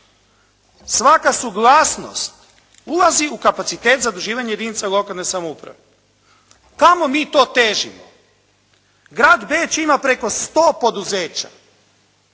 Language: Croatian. svaka suglasnost ulazi u kapacitet zaduživanja jedinica lokalne samouprave? Kamo mi to težimo? Grad Beč ima preko 100 poduzeća